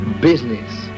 business